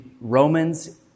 Romans